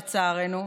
לצערנו,